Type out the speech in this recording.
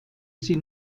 sie